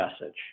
message